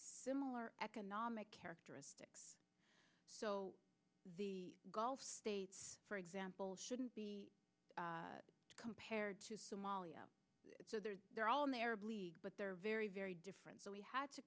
similar economic characteristics so the gulf states for example shouldn't be compared to somalia they're all in the arab league but they're very very different so we had to